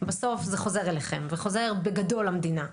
בסוף זה חוזר אליכם וחוזר בגדול למדינה.